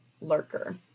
lurker